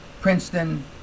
Princeton